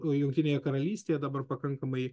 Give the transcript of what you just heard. jungtinėje karalystėje dabar pakankamai